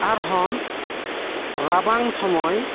ᱟᱨ ᱦᱚᱸ ᱨᱟᱵᱟᱝ ᱥᱳᱢᱳᱭ